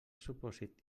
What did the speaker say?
supòsit